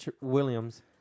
Williams